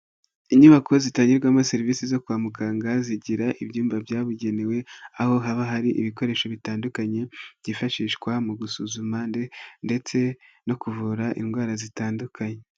Inyubako zitangirwamo serivisi zo kwa muganga, zigira ibyumba byabugenewe, aho haba hari ibikoresho bitandukanye, byifashishwa mu gusuzuma ndetse no kuvura indwara zitandukanye.